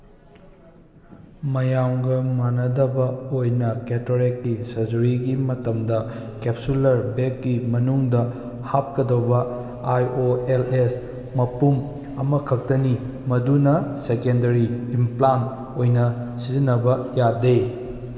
ꯃꯌꯥꯝꯒ ꯃꯥꯟꯅꯗꯕ ꯑꯣꯏꯅ ꯀꯦꯇꯔꯦꯛꯀꯤ ꯁꯔꯖꯔꯤꯒꯤ ꯃꯇꯝꯗ ꯀꯦꯞꯁꯨꯂꯔ ꯕꯦꯛꯀꯤ ꯃꯅꯨꯡꯗ ꯍꯥꯞꯀꯗꯧꯕ ꯑꯥꯏ ꯑꯣ ꯑꯦꯜ ꯑꯦꯁ ꯃꯄꯨꯝ ꯑꯃꯈꯛꯇꯅꯤ ꯃꯗꯨꯅ ꯁꯦꯀꯦꯟꯗꯔꯤ ꯏꯝꯄ꯭ꯂꯥꯟ ꯑꯣꯏꯅ ꯁꯤꯖꯤꯟꯅꯕ ꯌꯥꯗꯦ